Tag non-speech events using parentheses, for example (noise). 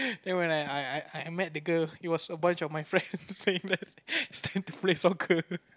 then when I I I met the girl it was a bunch of my friends (laughs) saying that (laughs) it's time to play soccer